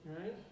right